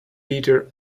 bitter